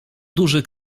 duży